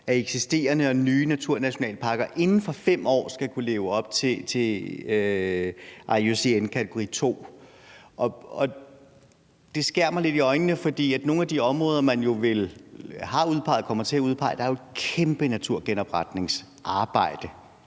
at eksisterende og nye naturnationalparker inden for 5 år skal kunne leve op til kravene i IUCN's kategori II. Det skærer mig lidt i øjnene, for i nogle af de områder, man jo har udpeget og kommer til at udpege, er der et kæmpe naturgenopretningsarbejde,